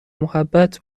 محبت